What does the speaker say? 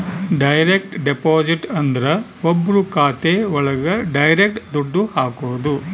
direct deposit ಅಂದ್ರ ಒಬ್ರು ಖಾತೆ ಒಳಗ ಡೈರೆಕ್ಟ್ ದುಡ್ಡು ಹಾಕೋದು